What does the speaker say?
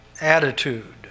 attitude